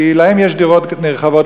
כי להם יש דירות נרחבות,